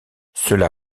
cela